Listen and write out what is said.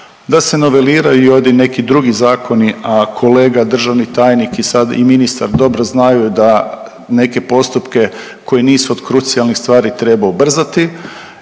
da se noveliraju ovdje i neki drugi zakoni, a kolega državni tajnik i sad i ministar dobro znaju da neke postupke koji nisu od krucijalnih stvari treba ubrzati